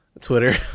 twitter